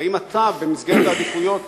האם אתה, במסגרת העדיפויות